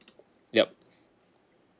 yup